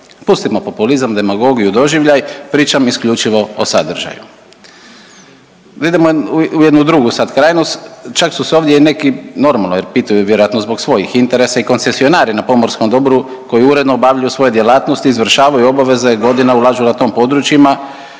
Pustimo populizam, demagogiju, doživljaj, pričam isključivo o sadržaju. Idemo u jednu drugu sad krajnost. Čak su se ovdje i neki, normalno jer pitaju vjerojatno zbog svojih interesa i koncesionari na pomorskom dobru koji uredno obavljaju svoje djelatnosti, izvršavaju obaveze, godine ulažu na tim područjima